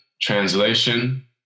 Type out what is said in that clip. translation